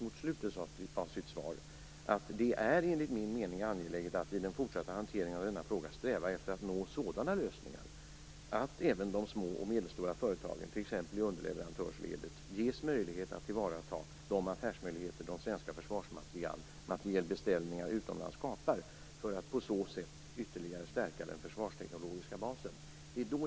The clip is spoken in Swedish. Han säger: "Det är enligt min mening angeläget att i den fortsatta hanteringen av denna fråga sträva efter att nå sådana lösningar att även de små och medelstora företagen, t ex i underleverantörsledet, ges möjlighet att tillvarata de affärsmöjligheter som svenska försvarsmaterielbeställningar utomlands skapar för att på så sätt ytterligare stärka den försvarsteknologiska basen."